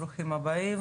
ברוכים הבאים,